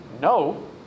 no